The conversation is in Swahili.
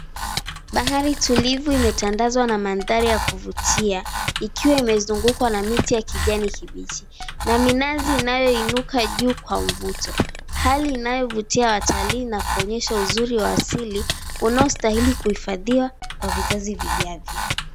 Bahari tulivu imetandazwa na mandari ya kuvutia ikiwa imezungukwa na miti ya kijani kibichi na minazi inayoinuka juu kwa mvuto. Hali inayovutia watalii na kuonyesha uzuri wa asili unaostahili kuhifandhiwa kwa vizazi vijazo.